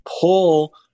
pull